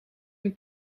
een